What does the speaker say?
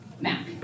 Mac